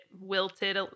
wilted